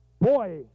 Boy